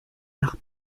nach